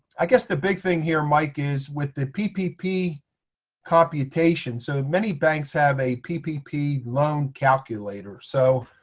i guess the big thing here, mike, is with the ppp computation. so many banks have a ppp loan calculator. so,